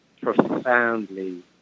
profoundly